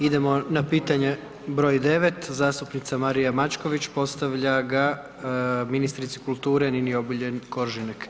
Idemo na pitanje br. 9., zastupnica Marija Mačković postavlja ga ministrici kulture Nini Obuljen-Koržinek.